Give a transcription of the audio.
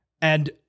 And-